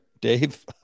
Dave